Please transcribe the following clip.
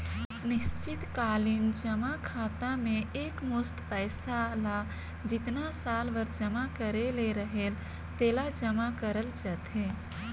निस्चित कालीन जमा खाता में एकमुस्त पइसा ल जेतना साल बर जमा करे ले रहेल तेला जमा करल जाथे